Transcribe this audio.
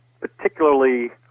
particularly